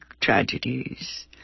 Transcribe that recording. tragedies